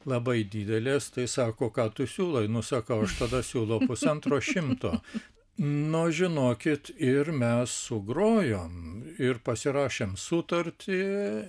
labai didelės tai sako ką tu siūlai nu sakau aš tada siūlau pusantro šimto nu žinokit ir mes sugrojom ir pasirašėm sutartį